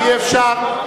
אי-אפשר.